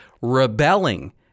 rebelling